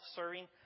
serving